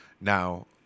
now